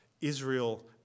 Israel